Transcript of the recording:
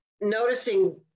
noticing